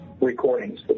recordings